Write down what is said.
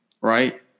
right